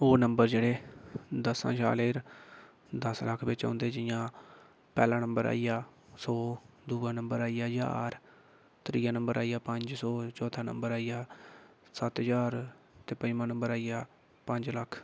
ओह् नंबर जेह्ड़े दस शा लेइयै'र दस लक्ख बिच्च औंदे न जियां पैह्ला नंबर आई गेआ सौ दूआ नंबर आई गेआ ज्हार त्रीआ नंबर आई गेआ पंज सौ चौथा नंबर आई गेआ सत्त ज्हार ते पंजमा नंबर आई गेआ पंज लक्ख